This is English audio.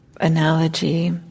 analogy